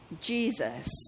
Jesus